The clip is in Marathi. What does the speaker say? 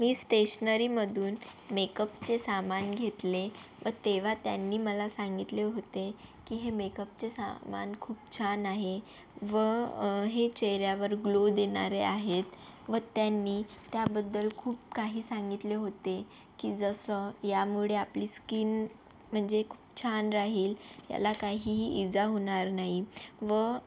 मी स्टेशनरीमधून मेकपचे सामान घेतले व तेव्हा त्यांनी मला सांगितले होते की हे मेकपचे सामान खूप छान आहे व हे चेहऱ्यावर ग्लो देणारे आहेत व त्यांनी त्याबद्दल खूप काही सांगितले होते की जसं यामुळे आपली स्कीन म्हणजे खूप छान राहील याला काहीही इजा होणार नाही व